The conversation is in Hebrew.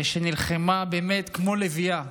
שנלחמה באמת כמו לביאה,